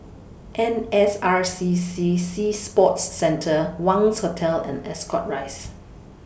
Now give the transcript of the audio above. N S R C C Sea Sports Centre Wangz Hotel and Ascot Rise